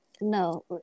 no